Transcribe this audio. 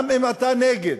גם אם אתה נגד,